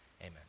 Amen